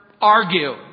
argue